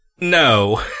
No